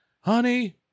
Honey